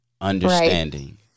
understanding